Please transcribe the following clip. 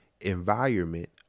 environment